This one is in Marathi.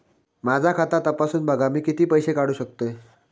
माझा खाता तपासून बघा मी किती पैशे काढू शकतय?